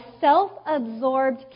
self-absorbed